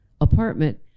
apartment